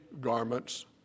garments